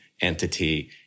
entity